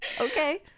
Okay